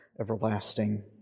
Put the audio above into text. everlasting